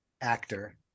actor